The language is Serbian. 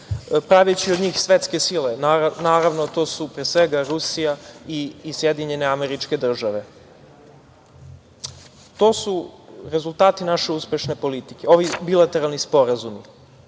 praveći od njih svetske sile. Naravno, to su, pre svega, Rusija i SAD.To su rezultati naše uspešne politike, ovi bilateralni sporazumi,